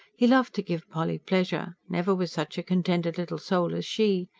he loved to give polly pleasure never was such a contented little soul as she.